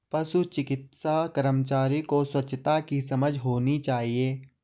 पशु चिकित्सा कर्मचारी को स्वच्छता की समझ होनी चाहिए